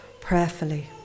prayerfully